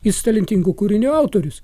jis talentingų kūrinių autorius